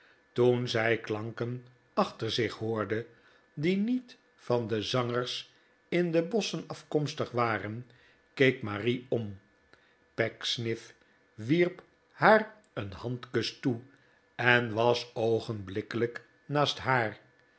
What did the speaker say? toen zij klanken achter zich hoorde die niet van de zangers in de bosschen afkomstig waren keek marie om pecksniff wierp haar een handkus toe en was oogenblikkelijk naast haar